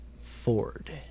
Ford